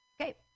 Okay